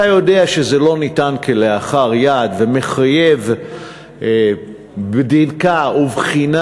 אתה יודע שזה לא ניתן כלאחר יד וזה מחייב בדיקה ובחינה.